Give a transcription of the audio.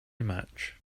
much